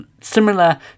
similar